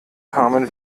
kamen